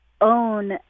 own